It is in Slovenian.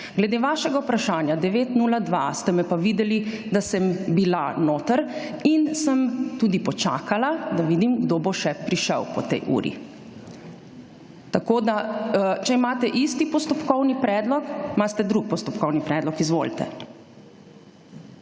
Glede vašega vprašanja, 9.02, ste me pa videli, da sem bila notri in sem tudi počakala, da vidim kdo bo še prišel po tej uri. Tako da… Če imate isti postopkovni predlog… Imate drug postopkovni predlog? Izvolite.